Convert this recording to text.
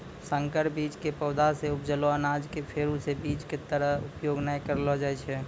संकर बीज के पौधा सॅ उपजलो अनाज कॅ फेरू स बीज के तरह उपयोग नाय करलो जाय छै